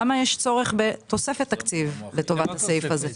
למה יש צורך בתוספת תקציב לטובת הסעיף הזה?